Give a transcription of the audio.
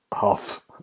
Half